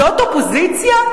זאת אופוזיציה,